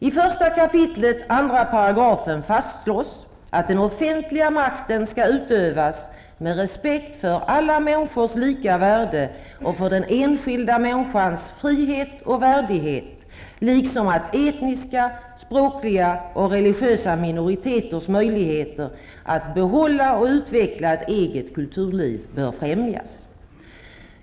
I första kapitlet andra paragrafen fastslås att den offentliga makten skall utövas med respekt för alla människors lika värde och för den enskilda människans frihet och värdighet, liksom att etniska, språkliga och religiösa minoriteters möjligheter att behålla och utveckla ett eget kulturliv bör främjas.